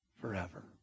forever